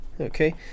Okay